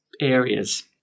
areas